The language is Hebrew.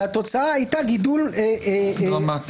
והתוצאה הייתה גידול במספר.